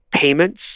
payments